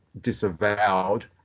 disavowed